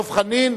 דב חנין,